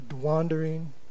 wandering